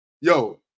Yo